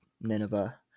Nineveh